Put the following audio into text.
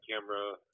camera